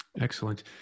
Excellent